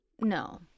No